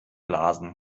laden